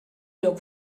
lloc